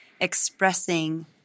expressing